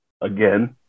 again